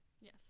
Yes